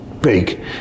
big